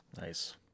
nice